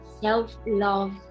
self-love